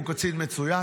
הוא קצין מצוין.